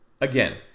again